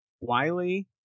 Wiley